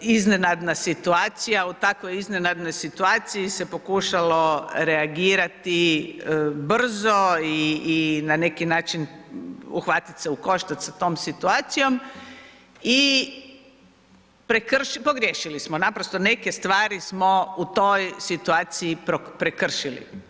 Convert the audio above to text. iznenadna situacija i u takvoj iznenadnoj situaciji se pokušalo reagirati brzo i na neki način uhvatit se u koštac sa tom situacijom i pogriješili smo, naprosto neke stvari smo u toj situaciji prekršili.